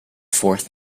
fourth